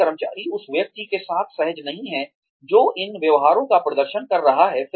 यदि कर्मचारी उस व्यक्ति के साथ सहज नहीं है जो इन व्यवहारों का प्रदर्शन कर रहा है